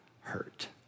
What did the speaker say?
hurt